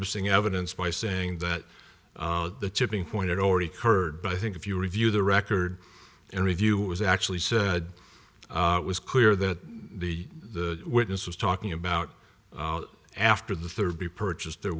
missing evidence by saying that the tipping point already heard but i think if you review the record and review was actually said it was clear that the witness was talking about after the third be purchased there